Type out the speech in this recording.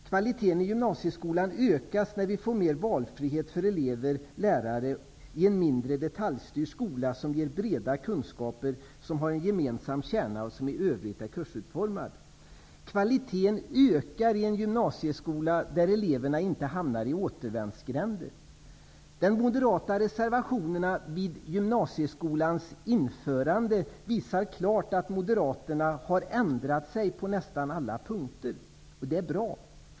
Kvaliteten i gymnasieskolan ökar när vi får mer valfrihet för elever och lärare i en mindre detaljstyrd skola som ger breda kunskaper, som har en gemensam kärna och som i övrigt är kursutformad. Kvaliteten ökar i en gymnasieskola där eleverna inte hamnar i återvändsgränder. De moderata reservationerna vid gymnasieskolans införande visar klart att Moderaterna har ändrat sig på nästan alla punkter. Det är bra.